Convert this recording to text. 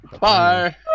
Bye